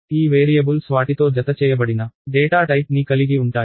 ఈ వేరియబుల్స్ వాటితో జతచేయబడిన డేటా టైప్ ని కలిగి ఉంటాయి